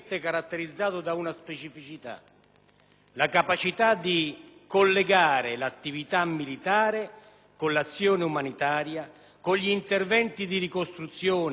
con l'azione umanitaria, con gli interventi di ricostruzione delle infrastrutture e del tessuto sociale e con il sostegno alle istituzioni democratiche.